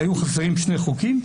היו חסרים שני חוקים,